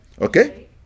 Okay